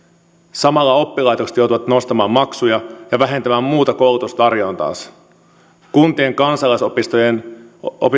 samalla oppilaitokset joutuvat nostamaan maksuja ja vähentämään muuta koulutustarjontaansa kuntien kansalaisopistojen